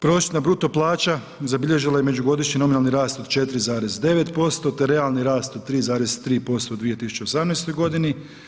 Prosječna bruto plaća zabilježila je međugodišnji nominalni rast od 4,9% te realni rast od 3,3% u 2018. godini.